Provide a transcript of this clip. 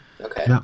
Okay